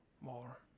more